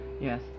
Yes